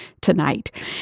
tonight